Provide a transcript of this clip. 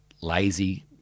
lazy